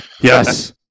Yes